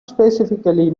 specifically